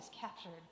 captured